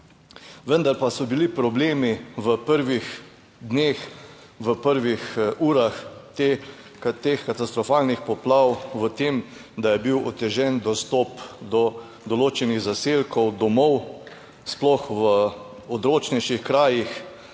Vendar pa so bili problemi v prvih dneh, v prvih urah teh katastrofalnih poplav v tem, da je bil otežen dostop do določenih zaselkov, domov, sploh v odročnejših krajih